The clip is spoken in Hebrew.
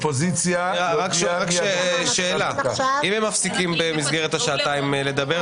רק שאלה: אם הם מפסיקים במסגרת השעתיים לדבר,